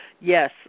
Yes